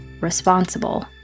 responsible